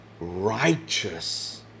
righteous